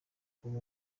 kuba